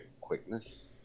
quickness